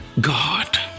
god